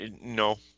No